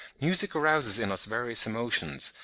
music arouses in us various emotions,